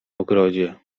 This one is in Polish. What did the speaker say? ogrodzie